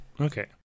okay